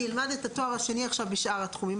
אני אלמד את התואר השני עכשיו בשאר התחומים,